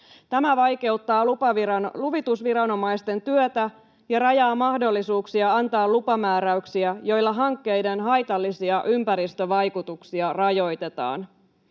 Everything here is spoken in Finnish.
Tämä vaikeuttaa luvitusviranomaisten työtä ja rajaa mahdollisuuksia antaa lupamääräyksiä, joilla hankkeiden haitallisia ympäristövaikutuksia rajoitetaan.